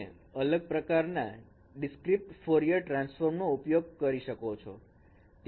તમે અલગ પ્રકારના ડીસક્રિટ ફોરયર ટ્રાન્સફોર્મ નો ઉપયોગ પણ કરી શકો છો